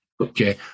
Okay